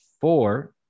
four